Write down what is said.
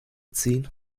ziehen